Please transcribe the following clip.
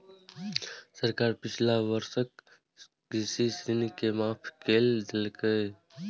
सरकार पिछला वर्षक कृषि ऋण के माफ कैर देलकैए